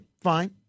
Fine